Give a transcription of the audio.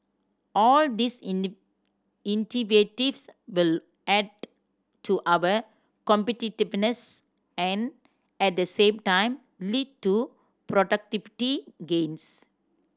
all these will add to our competitiveness and at the same time lead to productivity gains